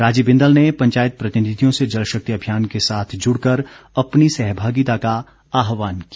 राजीव बिंदल ने पंचायत प्रतिनिधियों से जलशक्ति अभियान के साथ जुडकर अपनी सहभागिता का आहवान किया